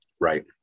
Right